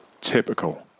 Typical